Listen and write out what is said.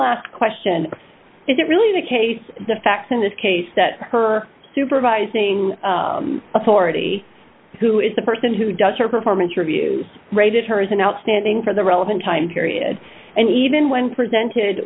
last question is it really the case the facts in this case that her supervising authority who is the person who does her performance reviews rated her as an outstanding for the relevant time period and even when presented